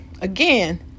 again